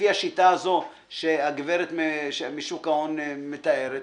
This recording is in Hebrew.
לפי השיטה הזו שהגברת משוק ההון מתארת,